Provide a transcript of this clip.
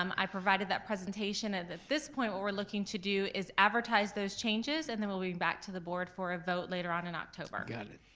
um i provided that presentation, and at this point what we're looking to do is advertise those changes, and then we'll be back to the board for a vote later on in october. got it.